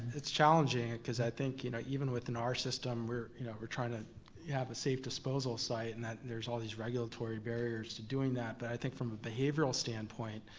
it's challenging. cause i think you know even within our system, we're you know we're trying to have a safe disposal site, and that there's all these regulatory barriers to doing that, but i think from a behavioral standpoint,